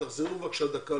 תודה.